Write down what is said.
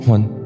One